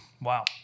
Wow